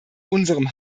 unserem